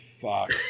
fuck